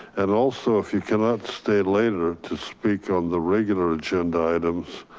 and also if you cannot stay later to speak on the regular agenda items,